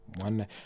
One